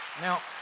now